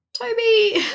Toby